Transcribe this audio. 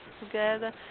together